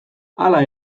hala